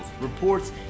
reports